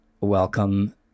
welcome